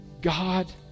God